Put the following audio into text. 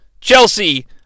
Chelsea